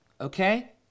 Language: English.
okay